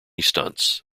stunts